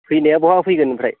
फैनाया बहा फैगोन ओमफ्राय